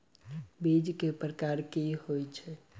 बीज केँ प्रकार कऽ होइ छै?